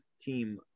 team